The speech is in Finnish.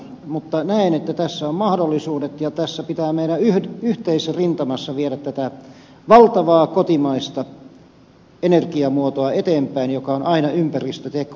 mutta näen että tässä on mahdollisuudet ja tässä pitää meidän yhteisrintamassa viedä tätä valtavaa kotimaista energiamuotoa eteenpäin joka on aina ympäristöteko